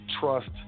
trust